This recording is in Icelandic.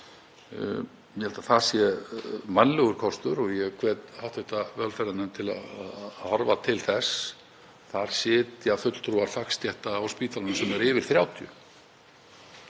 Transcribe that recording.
Ég held að það sé vænlegur kostur og ég hvet hv. velferðarnefnd til að horfa til þess. Þar sitja fulltrúar fagstétta á spítalanum, sem eru yfir 30.